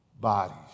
bodies